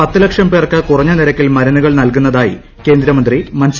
പത്ത് ലക്ഷം പേർക്ക് കുറഞ്ഞ നിരക്കിൽ മരുന്നുകൾ നൽകുന്നതായി കേന്ദ്രമന്ത്രി മൻസുഖ് മാണ്ഡവ്യ